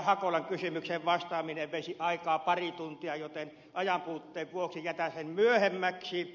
hakolan kysymykseen vastaaminen veisi aikaa pari tuntia joten ajanpuutteen vuoksi jätän sen myöhemmäksi